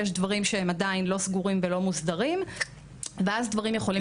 יש דברים שעדיין לא סגורים ולא מוסדרים ודברים יכולים ליפול קצת.